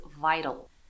vital